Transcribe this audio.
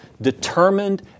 determined